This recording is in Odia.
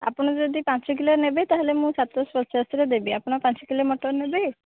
ଆପଣ ଯଦି ପାଞ୍ଚ କିଲୋ ନେବେ ତାହେଲେ ମୁଁ ସାତଶହ ପଚାଶରେ ଦେବି ଆପଣ ପାଞ୍ଚ କିଲୋ ମଟନ୍ ନେବେ